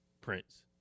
Prince